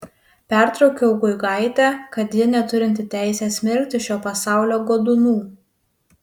pertraukiau guigaitę kad ji neturinti teisės smerkti šio pasaulio godūnų